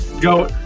go